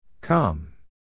Come